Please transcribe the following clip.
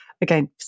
again